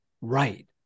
right